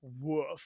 woof